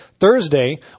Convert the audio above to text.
Thursday